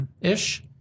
ish